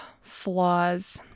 flaws